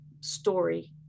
story